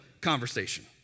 conversation